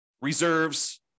reserves